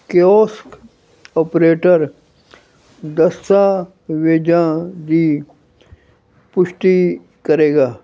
kiosk operator ਦਸਤਾਵੇਜ਼ਾਂ ਦੀ ਪੁਸ਼ਟੀ ਕਰੇਗਾ